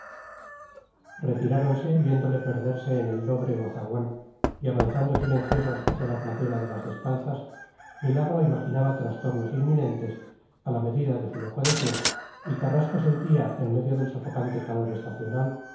retiráronse viéndole perderse en el lóbrego zaguán y avanzando silenciosos hacia la plazuela de las descalzas milagro imaginaba trastornos inminentes a la medida de su loco deseo y carrasco sentía en medio del sofocante calor estacional